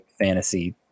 fantasy